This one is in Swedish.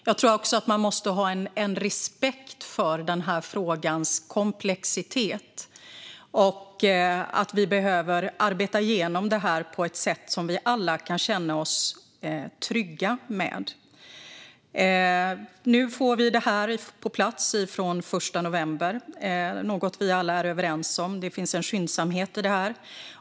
Jag tror också att man måste ha respekt för frågans komplexitet och att vi behöver arbeta igenom detta på ett sätt som vi alla kan känna oss trygga med. Nu får vi detta på plats den 1 november, något vi alla är överens om. Det finns en skyndsamhet i detta.